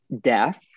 death